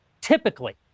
Typically